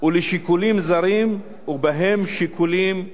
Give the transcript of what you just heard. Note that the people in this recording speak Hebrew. ולשיקולים זרים, ובהם שיקולים פוליטיים".